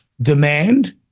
demand